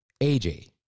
AJ